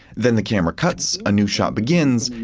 then the camera cuts, a new shot begins,